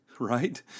Right